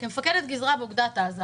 כמפקדת גזרה באוגדת עזה